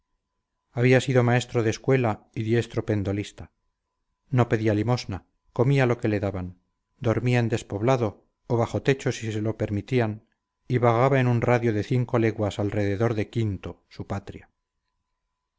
había sido maestro de escuela y diestro pendolista no pedía limosna comía lo que le daban dormía en despoblado o bajo techo si se lo permitían y vagaba en un radio de cinco leguas alrededor de quinto su patria